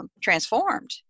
transformed